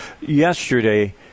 Yesterday